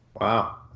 Wow